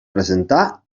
presentar